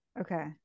Okay